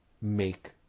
make